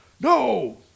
no